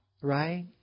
right